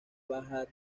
baja